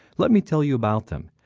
let me tell you about them.